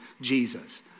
Jesus